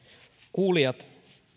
kuulijat